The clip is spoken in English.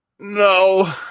No